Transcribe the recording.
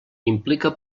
implica